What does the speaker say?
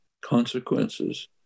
consequences